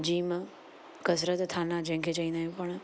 gym कसरत थाना जेके चवंदा आहियूं पाण